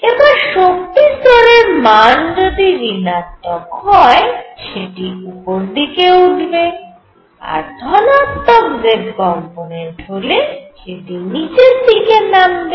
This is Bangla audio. এবার শক্তি স্তরের মান যদি ঋণাত্মক হয় সেটি উপরে উঠবে আর ধনাত্মক z কম্পোনেন্ট হলে সেটি নিচে নাম্বে